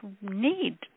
need